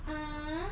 uh